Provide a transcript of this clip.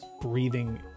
breathing